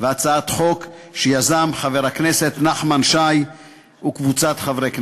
והצעת חוק שיזמו חבר הכנסת נחמן שי וקבוצת חברי הכנסת.